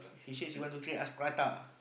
she said she want to treat us prata